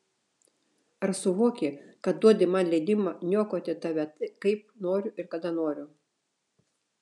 ar suvoki kad duodi man leidimą niokoti tave kaip noriu ir kada noriu